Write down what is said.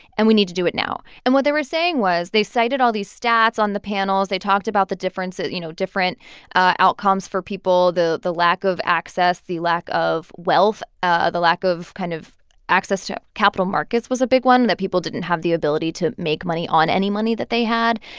and we need to do it now. and what they were saying was they cited all these stats on the panels. they talked about the differences you know, different ah outcomes for people, the the lack of access, the lack of wealth, ah the lack of kind of access to capital markets was a big one that people didn't have the ability to make money on any money that they had.